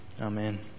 Amen